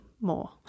more